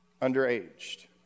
underaged